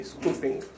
Scooping